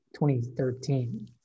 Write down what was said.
2013